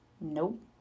nope